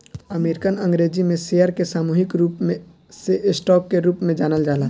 American अंग्रेजी में share के सामूहिक रूप से स्टॉक के रूप में जानल जाला